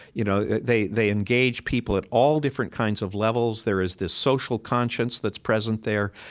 you know, they they engage people at all different kinds of levels. there is this social conscience that's present there.